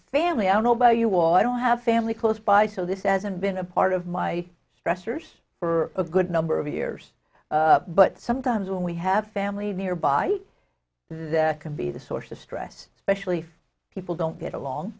family i don't know about you all i don't have family close by so this hasn't been a part of my stressors for a good number of years but sometimes when we have family there body that can be the source of stress especially if people don't get along